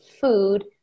food